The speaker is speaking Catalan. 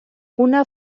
una